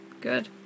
Good